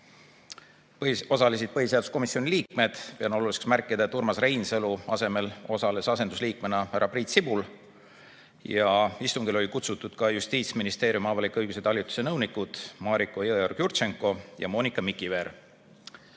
põhiseaduskomisjoni liikmed. Pean oluliseks märkida, et Urmas Reinsalu asemel osales asendusliikmena härra Priit Sibul ja istungile olid kutsutud ka Justiitsministeeriumi avaliku õiguse talituse nõunikud Mariko Jõeorg-Jurtšenko ja Monika Mikiver.